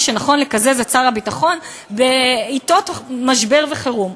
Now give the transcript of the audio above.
שנכון לקזז את שר הביטחון בעתות משבר וחירום.